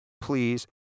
please